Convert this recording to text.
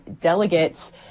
delegates